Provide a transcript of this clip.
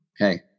Okay